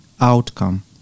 outcome